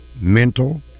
mental